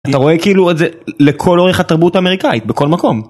אתה רואה כאילו את זה לכל אורך התרבות האמריקאית בכל מקום.